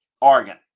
Oregon